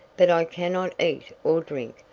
but i cannot eat or drink.